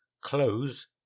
close